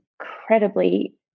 incredibly